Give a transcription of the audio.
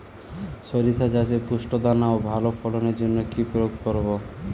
শরিষা চাষে পুষ্ট দানা ও ভালো ফলনের জন্য কি প্রয়োগ করব?